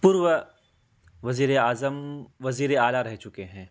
پورو وزیر اعظم وزیر اعلیٰ رہ چکے ہیں